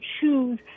choose